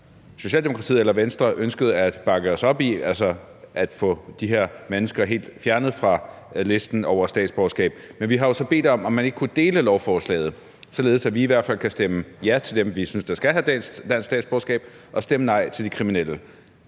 Socialdemokratiet eller Venstre ønsket at bakke os op i, altså at få de her mennesker helt fjernet fra statsborgerskabslisten. Men vi har jo så bedt om, om man ikke kunne dele lovforslaget, således at vi i hvert fald kan stemme ja til dem, vi synes skal have dansk statsborgerskab, og stemme nej til de kriminelle.